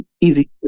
easy